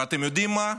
ואתם יודעים מה?